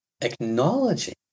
acknowledging